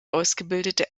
ausgebildete